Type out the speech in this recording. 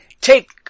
take